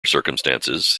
circumstances